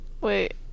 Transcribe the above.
Wait